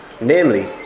namely